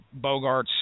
Bogarts